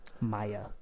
Maya